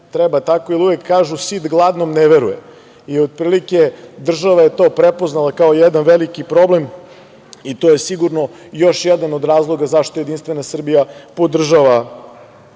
Treba tako, jer uvek kažu „sit gladnom ne veruje“ i otprilike država je to prepoznala kao jedan veliki problem i to je sigurno još jedan od razloga zašto JS podržava